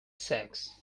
sex